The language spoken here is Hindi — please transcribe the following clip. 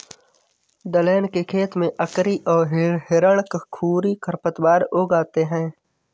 दलहन के खेत में अकरी और हिरणखूरी खरपतवार उग आते हैं